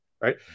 right